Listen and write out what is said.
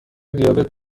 دیابت